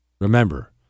Remember